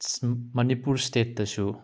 Manipur ꯏꯁꯇꯦꯠꯇꯁꯨ